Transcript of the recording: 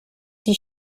die